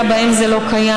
אוכלוסייה שבהן זה לא קיים,